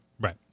Right